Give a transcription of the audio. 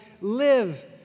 live